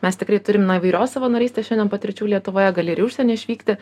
mes tikrai turim na įvairios savanorystės šiandien patirčių lietuvoje gali ir į užsienį išvykti